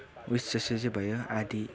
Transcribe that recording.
उयेस जति चैँ भयो आधा